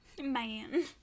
man